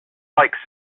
like